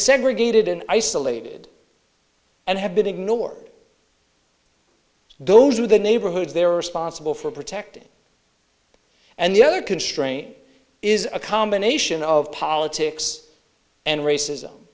segregated and isolated and have been ignored those are the neighborhoods there are sponsible for protecting and the other constraint is a combination of politics and racism